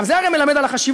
הרי גם זה מלמד על החשיבות.